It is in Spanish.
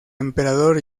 emperador